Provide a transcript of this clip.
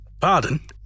pardon